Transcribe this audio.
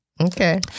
Okay